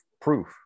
proof